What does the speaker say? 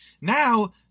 now